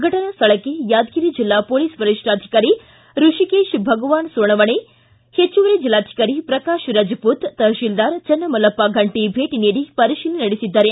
ಫಟನಾ ಸ್ಥಳಕ್ಕೆ ಯಾದಗಿರಿ ಜಿಲ್ಲಾ ಪೊಲೀಸ್ ವರಿಷ್ಠಾಧಿಕಾರಿ ಋಷಿಕೇತ್ ಭಗವಾನ್ ಸೋನವಣೆ ಹೆಚ್ಚುವರಿ ಜಿಲ್ಲಾಧಿಕಾರಿ ಪ್ರಕಾಶ್ ರಜಪೂತ್ ತಹಶೀಲ್ದಾರ್ ಚನ್ನಮಲ್ಲಪ್ಪ ಫಂಟ ಭೇಟ ನೀಡಿ ಪರಿತೀಲನೆ ನಡೆಸಿದ್ದಾರೆ